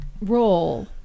role